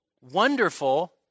wonderful